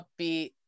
upbeat